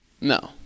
no